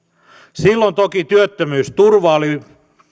silloin toki työttömyysturva oli